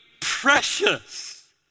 precious